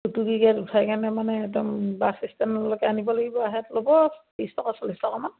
টুকটুকী গাড়ীত উঠাই কেনে মানে একদম বাছ ষ্টেণ্ডলৈকে আনিব লাগিব আনোঁতে ল'ব বিছ টকা চল্লিছ টকামান